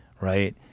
right